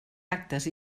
actes